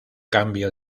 cambio